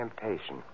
temptation